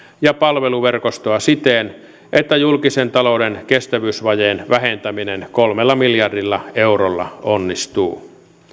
ja palveluverkostoa siten että julkisen talouden kestävyysvajeen vähentäminen kolmella miljardilla eurolla onnistuu